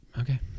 okay